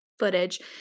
footage